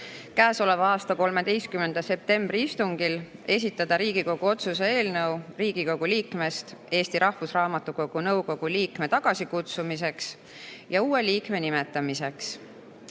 selle aasta 13. septembri istungil esitada Riigikogu otsuse eelnõu Riigikogu liikmest Eesti Rahvusraamatukogu nõukogu liikme tagasikutsumiseks ja uue liikme nimetamiseks.